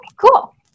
cool